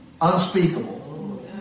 unspeakable